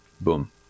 boom